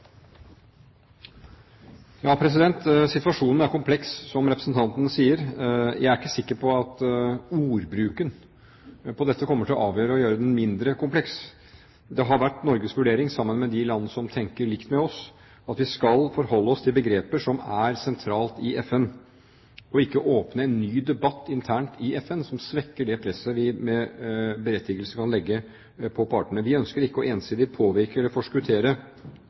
Situasjonen er kompleks, som representanten sier. Jeg er ikke sikker på at ordbruken på dette kommer til å avgjøre og gjøre den mindre kompleks. Det har vært Norges vurdering, sammen med de land som tenker likt med oss, at vi skal forholde oss til begreper som er sentralt i FN, og ikke åpne en ny debatt internt i FN som svekker det presset vi med berettigelse kan legge på partene. Vi ønsker ikke ensidig å påvirke eller forskuttere